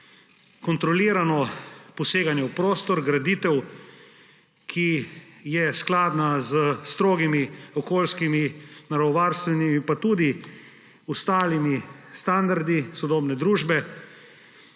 kontrolirano poseganje v prostor, graditev, ki je skladna s strogimi okoljskimi, naravovarstvenimi pa tudi ostalimi standardi sodobne družbe.